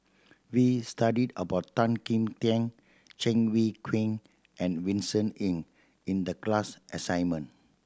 we studied about Tan Kim Tian Cheng Wai Keung and Vincent Ng in the class assignment